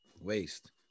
Waste